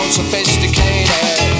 sophisticated